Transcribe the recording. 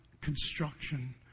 construction